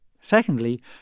Secondly